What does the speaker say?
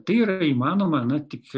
tai yra įmanoma na tik